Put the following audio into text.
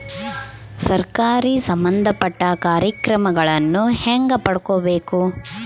ಸರಕಾರಿ ಸಂಬಂಧಪಟ್ಟ ಕಾರ್ಯಕ್ರಮಗಳನ್ನು ಹೆಂಗ ಪಡ್ಕೊಬೇಕು?